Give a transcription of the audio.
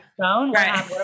Right